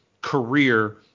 career